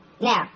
Now